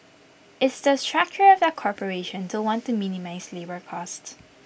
it's the structure of the corporation to want to minimise labour costs